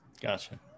Gotcha